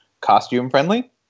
costume-friendly